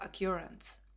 occurrence